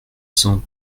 cent